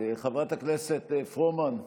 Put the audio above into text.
חברת הכנסת פרומן,